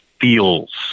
feels